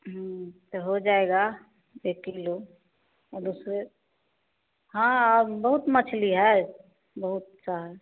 तो हो जाएगा एक किलो और दूसरे हाँ और बहुत मछली है बहुत सा